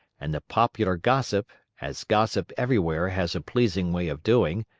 and the popular gossip, as gossip everywhere has a pleasing way of doing,